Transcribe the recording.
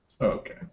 Okay